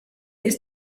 ist